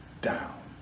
down